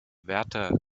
wärter